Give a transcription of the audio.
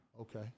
Okay